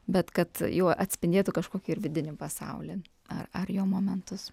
bet kad jų atspindėtų kažkokį ir vidinį pasaulį ar ar jo momentus